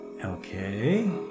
Okay